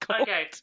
Okay